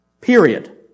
Period